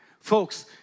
Folks